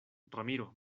ramiro